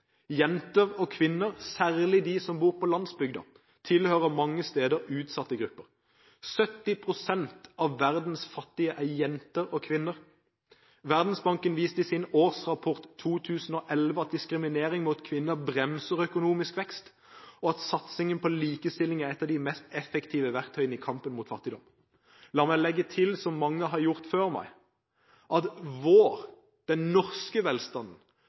Jenter og kvinner, særlig de som bor på landsbygden, tilhører mange steder utsatte grupper. 70 pst. av verdens fattige er jenter og kvinner. Verdensbanken viste i sin årsrapport for 2011 at diskriminering av kvinner bremser økonomisk vekst, og at satsingen på likestilling er et av de mest effektive verktøy i kampen mot fattigdom. La meg legge til, som mange har gjort før meg, at den norske velstanden